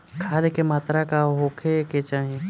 खाध के मात्रा का होखे के चाही?